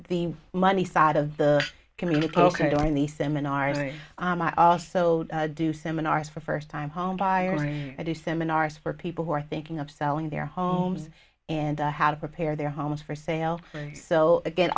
the money side of the community ok during the seminars i also do seminars for first time homebuyers i do seminars for people who are thinking of selling their homes and how to prepare their homes for sale so again